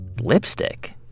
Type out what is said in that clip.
lipstick